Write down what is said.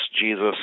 Jesus